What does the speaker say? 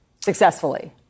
successfully